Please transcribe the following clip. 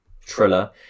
Triller